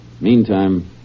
Meantime